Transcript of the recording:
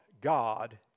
God